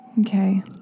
Okay